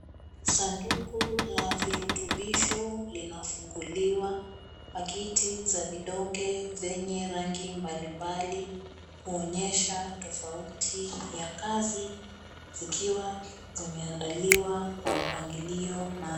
Sanduku la virutubisho linafunguliwa. Pakiti za vidonge vyenye rangi mbalimbali kuonyesha tofauti ya kazi zikiwa zimeandaliwa kwa mpangilio maalum.